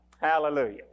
Hallelujah